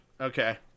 Okay